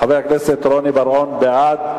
חבר הכנסת רוני בר-און, בעד.